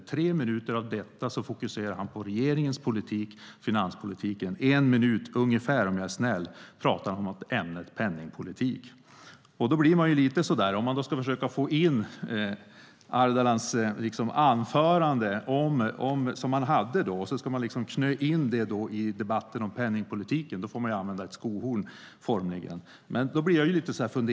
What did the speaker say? I tre minuter fokuserade han på regeringens politik, finanspolitiken, och i ungefär en minut - om jag är snäll - pratade han om ämnet penningpolitik. Om man då ska försöka få in det anförande som Ardalan höll i debatten om penningpolitiken får man formligen använda ett skohorn. Jag blir dock lite fundersam i det skedet också.